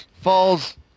falls